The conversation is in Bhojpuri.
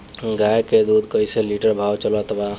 गाय के दूध कइसे लिटर भाव चलत बा?